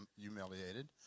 humiliated